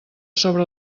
sobre